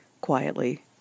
quietly